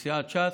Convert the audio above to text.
מסיעת ש"ס,